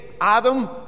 Adam